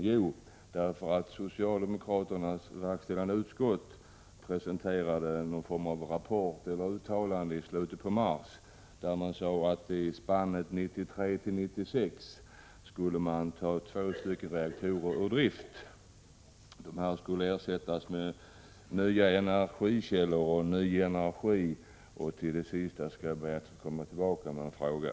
Jo, därför att socialdemokraternas verkställande utskott i slutet av mars presenterade någon form av rapport eller uttalande där man sade att 1993—1996 skulle man ta två reaktorer ur drift. Dessa skulle ersättas med nya energikällor och ny energi. Till det sista skall jag be att få återkomma med en fråga.